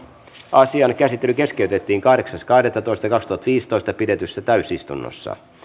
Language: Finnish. asian käsittely keskeytettiin kahdeksas kahdettatoista kaksituhattaviisitoista pidetyssä täysistunnossa